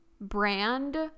brand